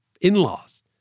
In-laws